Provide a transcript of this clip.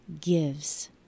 gives